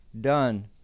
done